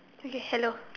okay hello